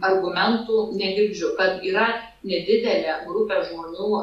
argumentų negirdžiu kad yra nedidelė grupė žmonių